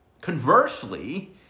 conversely